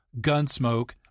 Gunsmoke